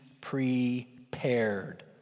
prepared